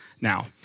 now